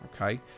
okay